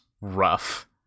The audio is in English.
rough